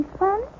fun